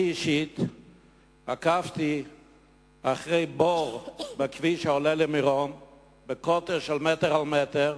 אני אישית עקבתי אחרי בור בכביש העולה למירון בקוטר של מטר על מטר.